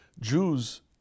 Jews